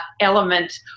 element